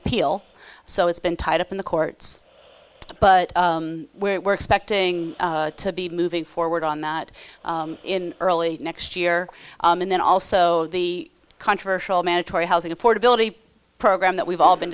appeal so it's been tied up in the courts but we're expecting to be moving forward on that in early next year and then also the controversial mandatory housing affordability program that we've all been